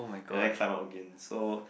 and then climb up again so